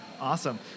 awesome